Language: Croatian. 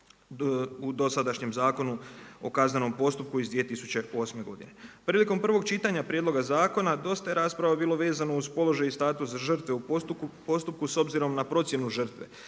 u dosadašnjem Zakonu o kaznenom postupku iz 2008. godine. Prilikom prvog čitanja prijedloga zakona dosta je rasprava bilo vezano uz položaj i status žrtve u postupku s obzirom na procjenu žrtve.